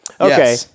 Okay